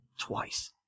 twice